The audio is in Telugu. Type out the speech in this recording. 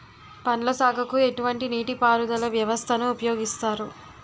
పండ్ల సాగుకు ఎటువంటి నీటి పారుదల వ్యవస్థను ఉపయోగిస్తారు?